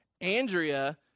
Andrea